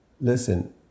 listen